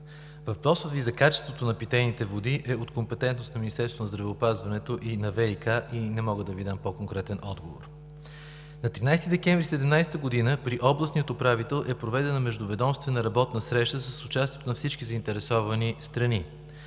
Въпросът Ви за качеството на питейните води е от компетентност на Министерството на здравеопазването и ВиК и не мога да Ви дам по-конкретен отговор. На 13 декември 2017 г. при областния управител е проведена Междуведомствена работна среща с участието на всички заинтересовани страни